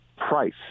price